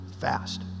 fast